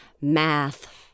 math